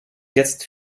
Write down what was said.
jetzt